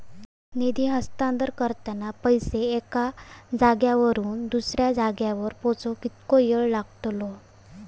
निधी हस्तांतरण करताना पैसे एक्या जाग्यावरून दुसऱ्या जाग्यार पोचाक कितको वेळ लागतलो?